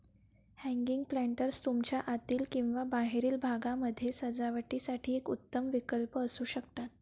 hanging planters तुमच्या आतील किंवा बाहेरील भागामध्ये सजावटीसाठी एक उत्तम विकल्प असू शकतात